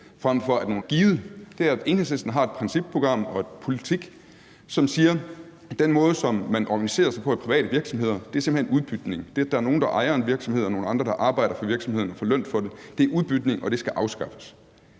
er, at Enhedslisten har et principprogram og en politik, som siger, at den måde, som man organiserer sig på i private virksomheder, simpelt hen er udbytning; det, at der er nogle, der ejer en virksomhed, og nogle andre, der arbejder for virksomheden og får løn for det, er udbytning, og det skal afskaffes.